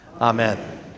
Amen